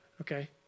okay